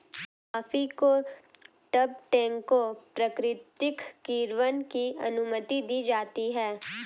coffee को तब टैंकों प्राकृतिक किण्वन की अनुमति दी जाती है